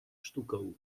sztuką